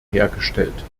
hergestellt